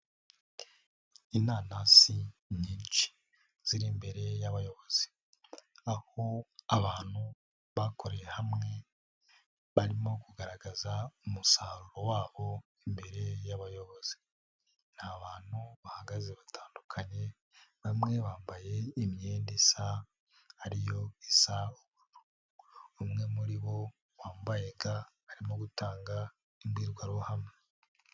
Inanasi nyinshi ziri imbere y'abayobozi, aho abantu bakoreye hamwe barimo kugaragaza umusaruro wabo imbere y'abayobozi. Ni abantu bahagaze batandukanye, bamwe bambaye imyenda isa, ariyo isa ubururu umwe muri bo wambaye ga arimo gutanga imbwirwaruhame.